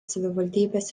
savivaldybės